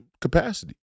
capacity